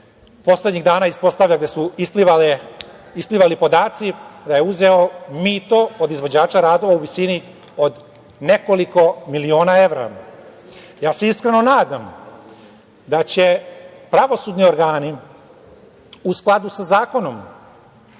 poslednjih dana ispostavlja, gde su isplivali podaci, da je uzeo mito od izvođača radova u visini od nekoliko miliona evra. Iskreno se nadam da će pravosudni organi u skladu sa zakonom